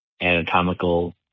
anatomical